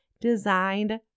designed